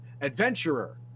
Adventurer